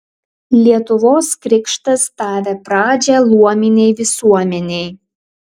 lietuvos krikštas davė pradžią luominei visuomenei